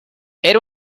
era